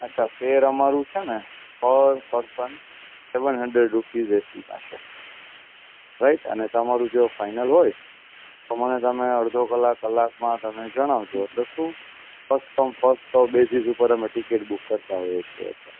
અચ્છા ફેર અમારું છે ને per person seven hundred rupees એસીમાં છે રાઈટ અને તમારું જો ફાઈનલ હોય તો મને તમે અડધો કલાક કલાકમાં તમે જણાવજો તો શું ફર્સ્ટ કમ ફર્સ્ટ બેસિસ ઉપર અમે ટિકિટ બૂક કરતા હોઈએ છીએ એટલે